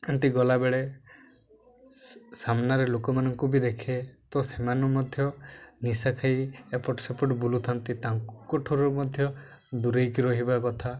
ଏନ୍ତି ଗଲାବେଳେ ସାମ୍ନାରେ ଲୋକମାନଙ୍କୁ ବି ଦେଖେ ତ ସେମାନେ ମଧ୍ୟ ନିଶା ଖାଇ ଏପଟ ସେପଟ ବୁଲୁଥାନ୍ତି ତାଙ୍କଠାରୁ ମଧ୍ୟ ଦୂରେଇକି ରହିବା କଥା